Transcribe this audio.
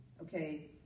Okay